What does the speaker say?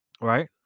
Right